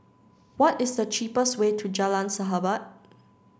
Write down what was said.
what is the cheapest way to Jalan Sahabat